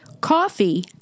coffee